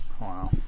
Wow